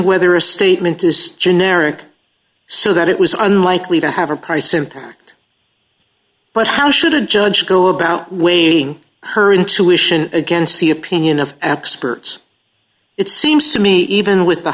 whether a statement is generic so that it was unlikely to have a price in but how should a judge go about weighing her intuition against the opinion of experts it seems to me even with the